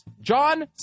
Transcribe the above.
john